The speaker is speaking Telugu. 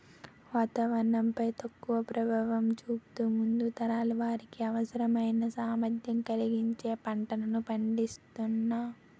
వాతావరణం పై తక్కువ ప్రభావం చూపుతూ ముందు తరాల వారికి అవసరమైన సామర్థ్యం కలిగించే పంటలను పండిస్తునాం